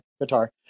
guitar